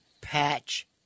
patch